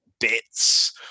bits